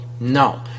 no